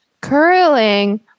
curling